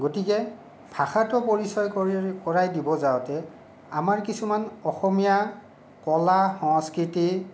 গতিকে ভাষাটো পৰিচয় কৰি কৰাই দিবলৈ যাওঁতে আমাৰ কিছুমান অসমীয়া কলা সংস্কৃতি